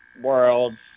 worlds